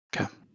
Okay